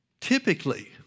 typically